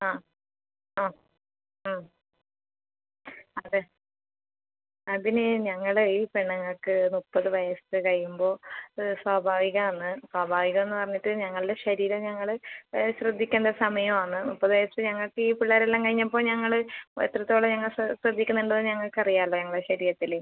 ആ ആ ആ അതെ അതിന് ഞങ്ങൾ ഈ പെണ്ണുങ്ങൾക്ക് മുപ്പത് വയസ്സ് കഴിയുമ്പോൾ സ്വാഭാവികമാണ് സ്വാഭാവികം പറഞ്ഞിട്ട് ഞങ്ങളുടെ ശരീരം ഞങ്ങൾ ശ്രദ്ധിക്കേണ്ട സമയമാണ് മുപ്പത് വയസ്സ് ഞങ്ങൾക്ക് ഈ പിള്ളേർ എല്ലാം കഴിഞ്ഞപ്പോൾ ഞങ്ങൾ എത്രത്തോളം ഞങ്ങൾ ശ്രദ്ധിക്കുന്നുണ്ട് ഞങ്ങൾക്ക് അറിയാമല്ലോ ഞങ്ങളെ ശരീരത്തിൽ